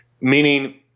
meaning